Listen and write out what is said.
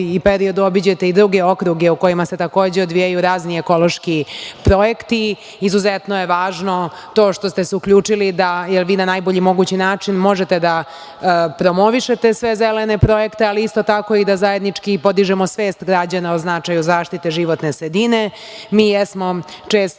periodu obiđete i druge okruge u kojima se takođe odvijaju razni ekološki projekti. Izuzetno je važno to što ste se uključili, jer vi na najbolji mogući način možete da promovišete sve zelene projekte, ali isto tako i da zajednički podižemo svest građana o značaju zaštite životne sredine. Mi jesmo često